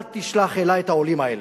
אל תשלח אלי את העולים האלה.